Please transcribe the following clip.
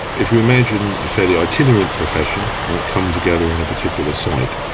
if we imagine a fairly itinerant profession might come together on a particular site,